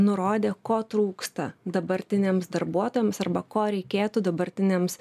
nurodė ko trūksta dabartiniams darbuotojams arba ko reikėtų dabartiniams